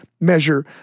measure